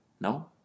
No